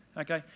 okay